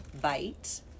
bite